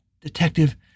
Detective